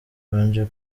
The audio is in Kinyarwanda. mbanje